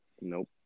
Nope